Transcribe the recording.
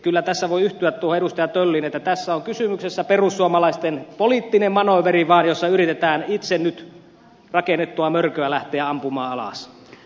kyllä tässä voi yhtyä tuohon edustaja tölliin että tässä on kysymyksessä vaan perussuomalaisten poliittinen manööveri jossa yritetään nyt itse rakennettua mörköä lähteä ampumaan alas